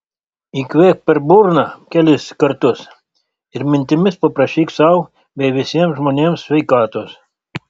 įkvėpk per burną kelis kartus ir mintimis paprašyk sau bei visiems žmonėms sveikatos